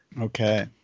Okay